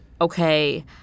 okay